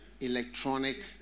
electronic